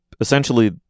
essentially